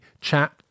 chat